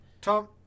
tom